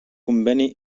conveni